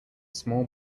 small